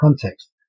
context